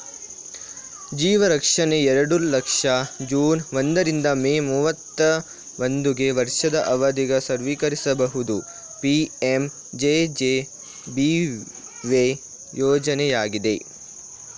ಜೀವರಕ್ಷಣೆ ಎರಡು ಲಕ್ಷ ಜೂನ್ ಒಂದ ರಿಂದ ಮೇ ಮೂವತ್ತಾ ಒಂದುಗೆ ವರ್ಷದ ಅವಧಿಗೆ ನವೀಕರಿಸಬಹುದು ಪಿ.ಎಂ.ಜೆ.ಜೆ.ಬಿ.ವೈ ಯೋಜ್ನಯಾಗಿದೆ